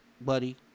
buddy